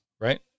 right